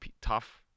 tough